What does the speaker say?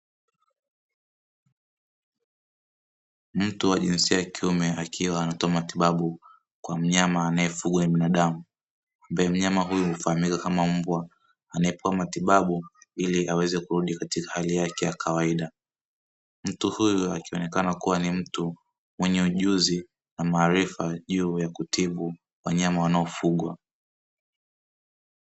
Mtu wa jinsia ya kiume akiwa anatoa matibabu kwa mnyama anayefugwa na binadamu ambaye mnyama huyu hufahamika kama mbwa anayepewa matibabu ili aweze kurudi katika hali yake ya kawaida. Mtu huyu akionekana kuwa ni mtu mwenye ujuzi na maarifa juu ya kutibu wanyama wanaofugwa.